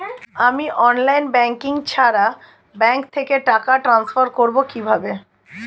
আমি online banking ছাড়া bank থেকে টাকা ট্রান্সফার করবো কিভাবে?